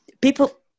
people